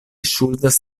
ŝuldas